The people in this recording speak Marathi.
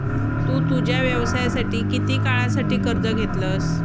तु तुझ्या व्यवसायासाठी किती काळासाठी कर्ज घेतलंस?